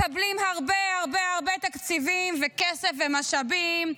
מקבלים הרבה הרבה הרבה תקציבים וכסף ומשאבים,